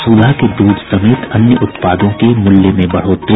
सुधा के दूध समेत अन्य उत्पादों के मूल्य में बढ़ोतरी